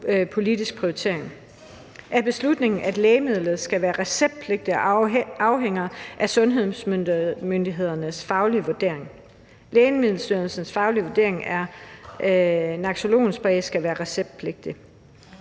politisk prioritering, – at beslutningen om at, et lægemiddel skal være receptpligtigt, afhænger af sundhedsmyndighedernes faglige vurdering, – at Lægemiddelstyrelsens faglige vurdering er, at naloxonnæsespray skal være receptpligtigt,